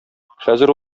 хәзер